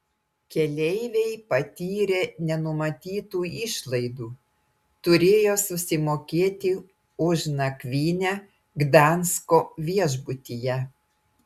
keleiviai patyrė nenumatytų išlaidų turėjo susimokėti už nakvynę gdansko viešbutyje